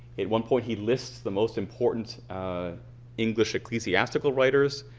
at one point he lists the most important english ecclesiastical writers.